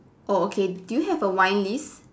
oh okay do you have a wine list